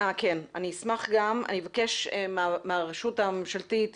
אבקש מהרשות הממשלתית